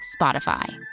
Spotify